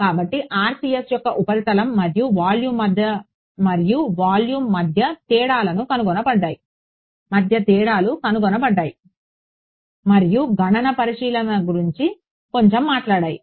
కాబట్టి RCS యొక్క ఉపరితలం మరియు వాల్యూమ్ మధ్య తేడాలు కనుగొనబడ్డాయి మరియు గణన పరిశీలనల గురించి కొంచెం మాట్లాడాయి